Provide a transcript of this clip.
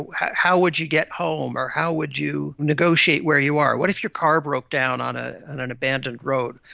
how how would you get home or how would you negotiate where you are. what if your car broke down on ah and an abandoned road,